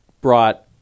brought